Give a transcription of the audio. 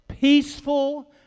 peaceful